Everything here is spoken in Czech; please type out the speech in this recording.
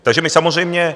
Takže my samozřejmě...